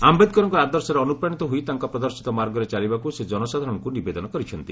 ଆମ୍ଭେଦକରଙ୍କ ଆଦର୍ଶରେ ଅନୁପ୍ରାଣିତ ହୋଇ ତାଙ୍କ ପ୍ରଦର୍ଶିତ ମାର୍ଗରେ ଚାଲିବାକୁ ସେ ଜନସାଧାରଣଙ୍କୁ ନିବେଦନ କରିଛନ୍ତି